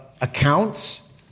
accounts